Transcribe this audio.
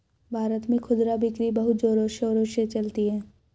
भारत में खुदरा बिक्री बहुत जोरों शोरों से चलती है